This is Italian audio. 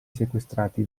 sequestrati